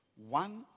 One